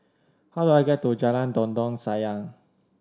how do I get to Jalan Dondang Sayang